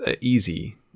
easy